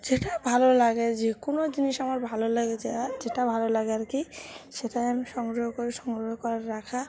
যেটা ভালো লাগে যে কোনো জিনিস আমার ভালো লাগে যার যেটা ভালো লাগে আর কি সেটাই আমি সংগ্রহ করে সংগ্রহ করে রাখার